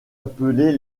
appelés